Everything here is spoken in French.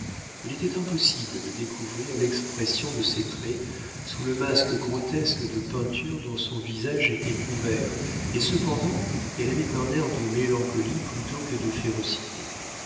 il était impossible de découvrir l'expression de ses traits sous le masque grotesque de peinture dont son visage était couvert et cependant elle avait un air de mélancolie plutôt que de férocité